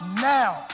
now